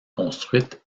construites